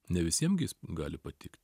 ne visiem gi jis gali patikt